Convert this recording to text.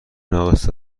ناقص